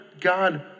God